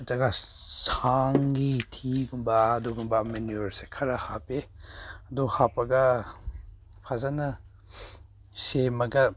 ꯅꯠꯇ꯭ꯔꯒ ꯁꯥꯒꯤ ꯊꯤꯒꯨꯝꯕ ꯑꯗꯨꯒꯨꯝꯕ ꯃꯦꯅꯨꯌꯣꯔꯁꯦ ꯈꯔ ꯍꯥꯞꯄꯤ ꯑꯗꯨ ꯍꯥꯞꯄꯒ ꯐꯖꯅ ꯁꯦꯝꯃꯒ